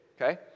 Okay